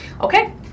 Okay